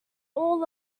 all